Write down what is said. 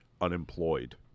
unemployed